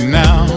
now